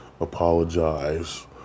apologize